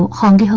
hong